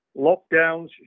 Lockdowns